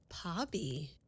Pobby